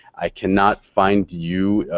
i cannot find you